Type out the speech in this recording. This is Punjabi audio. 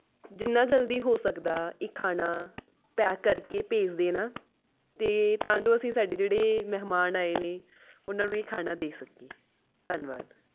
ਜਿੰਨਾ ਜਲਦੀ ਹੋ ਸਕਦਾ ਇਹ ਖਾਣਾ ਪੈਕ ਕਰਕੇ ਭੇਜ ਦੇਣਾ ਅਤੇ ਤਾਂ ਜੋ ਅਸੀਂ ਸਾਡੇ ਜਿਹੜੇ ਮਹਿਮਾਨ ਆਏ ਨੇ ਉਹਨਾਂ ਨੂੰ ਇਹ ਖਾਣਾ ਦੇ ਸਕੀਏ ਧੰਨਵਾਦ